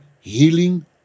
healing